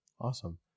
Awesome